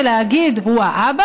ולהגיד: הוא האבא,